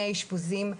מהאשפוזים,